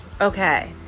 okay